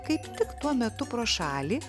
kaip tik tuo metu pro šalį